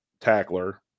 tackler